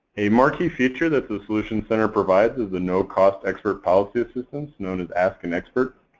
a marquee feature that the solutions center provides is the no-cost expert policy assistance, known as ask an expert.